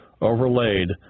overlaid